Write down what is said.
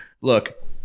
look